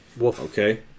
Okay